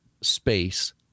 space